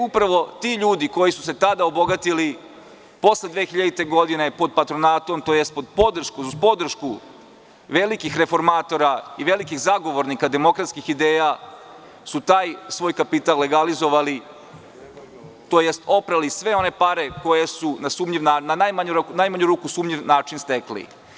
Upravo ti ljudi koji su se tada obogatili, posle 2000. godine, pod patronatom, tj. uz podršku velikih reformatora i velikih zagovornika demokratskih ideja, su taj svoj kapital legalizovali, tj. oprali sve one pare koje su u najmanju ruku na sumnjiv način stekli.